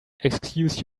excuse